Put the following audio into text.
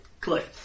click